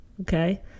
okay